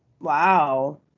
Wow